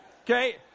Okay